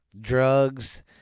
drugs